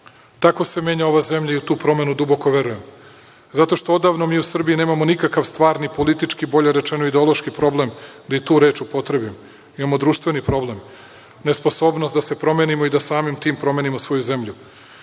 se menja ova zemlja i u tu promenu duboko verujem. Zato što odavno mi u Srbiji nemamo nikakav stvarni politički, bolje rečeno ideološki problem da i tu reč upotrebim. Imamo društveni problem, nesposobnost da se promenimo i da samim tim promenimo svoju zemlju.